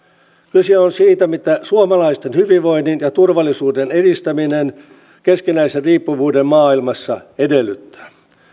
kyse on siitä mitä suomalaisten hyvinvoinnin ja turvallisuuden edistäminen keskinäisen riippuvuuden maailmassa edellyttää